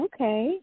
Okay